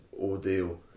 ordeal